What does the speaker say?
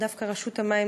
דווקא רשות המים,